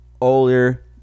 older